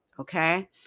Okay